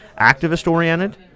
activist-oriented